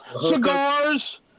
Cigars